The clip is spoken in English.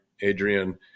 Adrian